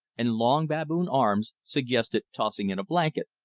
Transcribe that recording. and long baboon arms, suggested tossing in a blanket.